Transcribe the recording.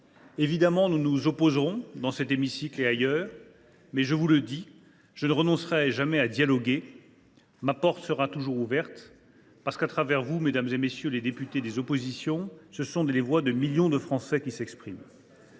Évidemment, nous nous opposerons dans cet hémicycle et ailleurs. Mais, je vous le dis, je ne renoncerai jamais à dialoguer. Ma porte sera toujours ouverte, »… Heureux de l’apprendre !…« parce que, à travers vous, mesdames, messieurs les députés des oppositions, ce sont les voix de millions de Français qui s’expriment.